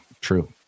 true